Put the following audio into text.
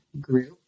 group